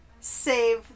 save